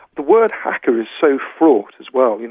the word hacker is so fraught as well. you know